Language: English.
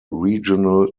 regional